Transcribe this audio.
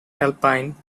alpine